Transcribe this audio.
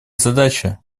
задача